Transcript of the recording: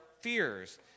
fears